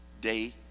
day